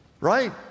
right